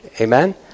Amen